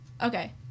Okay